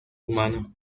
humano